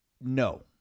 no